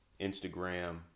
Instagram